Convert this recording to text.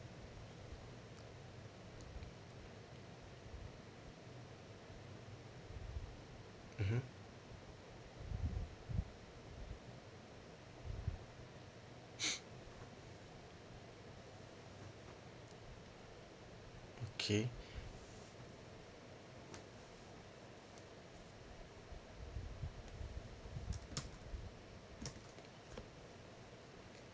mmhmm okay